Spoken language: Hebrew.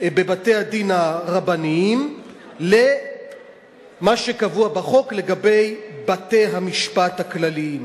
בבתי-הדין הרבניים למה שקבוע בחוק לגבי בתי-המשפט הכלליים.